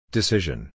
Decision